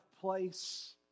place